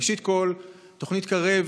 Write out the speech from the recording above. ראשית, תוכנית קרב,